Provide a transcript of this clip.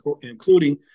including